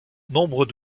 nombre